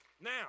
Now